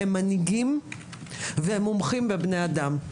הם מנהיגים והם מומחים בבני אדם.